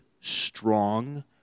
strong